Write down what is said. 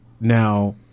now